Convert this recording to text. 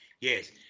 Yes